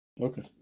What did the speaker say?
Okay